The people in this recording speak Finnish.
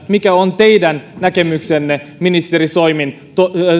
mikä on teidän näkemyksenne ministeri soinin